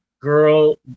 girl